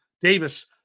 Davis